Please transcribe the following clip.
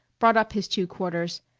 brought up his two quarters,